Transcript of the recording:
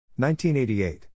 1988